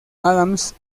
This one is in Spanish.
adams